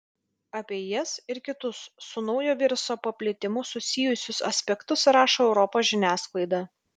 apie jas ir kitus su naujo viruso paplitimu susijusius aspektus rašo europos žiniasklaida